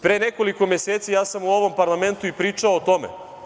Pre nekoliko meseci ja sam u ovom parlamentu i pričao o tome.